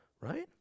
right